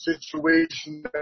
situation